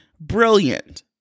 Brilliant